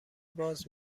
باز